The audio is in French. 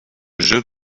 jeu